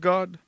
God